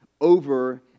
over